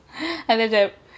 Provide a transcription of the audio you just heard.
other than